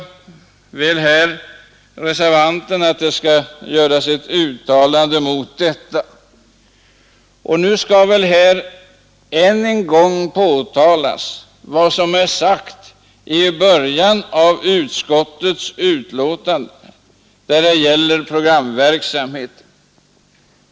Reservanten vill att ett uttalande skall göras mot detta. Här bör än en gång framhållas vad som är sagt om programverksamheten i början av utskottets betänkande.